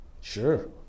Sure